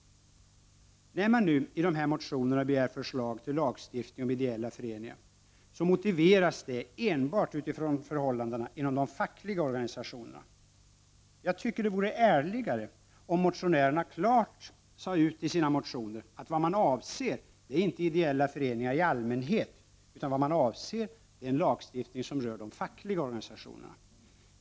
När man nu i dessa motioner begär förslag till lagstiftning om ideella föreningar, motiveras det enbart utifrån förhållandena inom de fackliga organisationerna. Jag tycker det vore ärligare om motionärerna klart sade ut i sina motioner att vad man avser är inte ideella föreningar i allmänhet, utan vad man avser är en lagstiftning som rör de fackliga organisationerna.